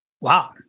Wow